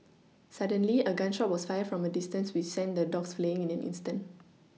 suddenly a gun shot was fired from a distance which sent the dogs fleeing in an instant